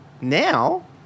Now